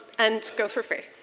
and go for free.